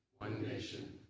one nation